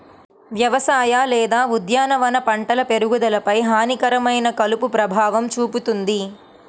వ్యవసాయ లేదా ఉద్యానవన పంటల పెరుగుదలపై హానికరమైన కలుపు ప్రభావం చూపుతుంది